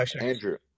andrew